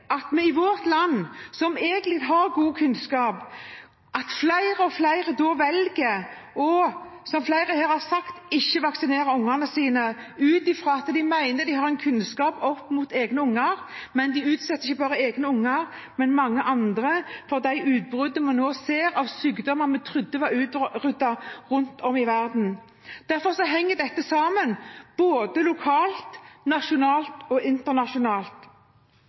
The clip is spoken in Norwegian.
i vårt land, hvor vi egentlig har god kunnskap, at flere og flere velger, som flere her har sagt, å ikke vaksinere egne barn ut fra en kunnskap de mener å ha. De utsetter ikke bare egne barn, men også mange andre for de utbrudd vi nå ser av sykdommer vi trodde var utryddet rundt omkring i verden. Dette henger sammen både lokalt, nasjonalt og internasjonalt,